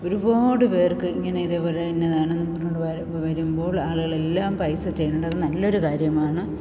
ഒരുപാട് പേർക്ക് ഇങ്ങനെ ഇതേപോലെ ഇന്നതാണെന്നും പറഞ്ഞുകൊണ്ട് വരുമ്പോൾ ആളുകളെല്ലാം പൈസ ചെയ്യേണ്ടത് നല്ലൊരു കാര്യമാണ്